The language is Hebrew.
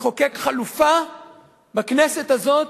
לחוקק חלופה בכנסת הזאת,